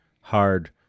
Hard